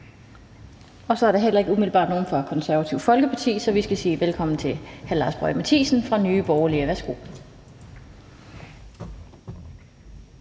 Der er heller ikke umiddelbart nogen fra Det Konservative Folkeparti, så vi skal sige velkommen til hr. Lars Boje Mathiesen fra Nye Borgerlige.